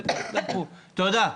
תודה.